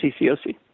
CCOC